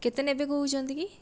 କେତେ ନେବେ କହୁଛନ୍ତି କି